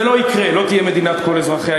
זה לא יקרה, לא תהיה מדינת כל אזרחיה.